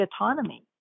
autonomy